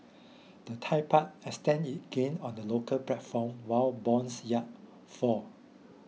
the Thai Baht extended gain on the local platform while bonds yard fall